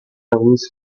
loose